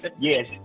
Yes